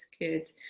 good